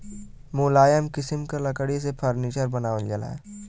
मुलायम किसिम क लकड़ी से फर्नीचर बनावल जाला